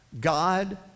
God